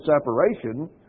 separation